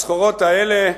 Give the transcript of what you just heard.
הסחורות האלה,